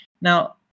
Now